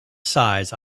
size